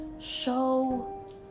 show